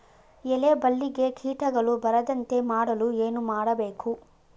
ಎಲೆ ಬಳ್ಳಿಗೆ ಕೀಟಗಳು ಬರದಂತೆ ಮಾಡಲು ಏನು ಮಾಡಬೇಕು?